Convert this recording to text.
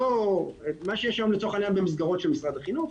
את מה שיש היום במסגרות של משרד החינוך,